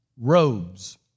robes